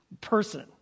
person